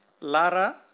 Lara